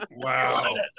Wow